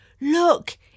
Look